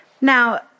Now